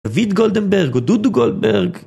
ויד גולדנברג או דודו גולדנברג